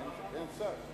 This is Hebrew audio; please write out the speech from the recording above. אין שר.